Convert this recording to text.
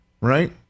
right